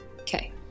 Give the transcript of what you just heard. Okay